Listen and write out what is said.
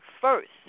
first